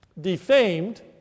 defamed